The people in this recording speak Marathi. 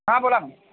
हां बोला ना